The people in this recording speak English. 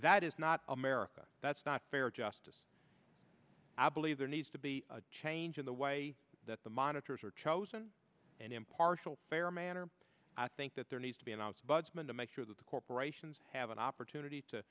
that is not america that's not fair justice i believe there needs to be a change in the way that the monitors are chosen and impartial fair manner i think that there needs to be and i was a budget man to make sure that the corporations have an opportunity to